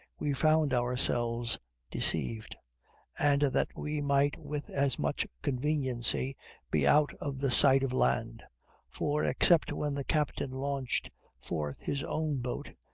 we found ourselves deceived and that we might with as much conveniency be out of the sight of land for, except when the captain launched forth his own boat,